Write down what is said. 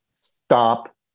Stop